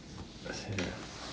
ya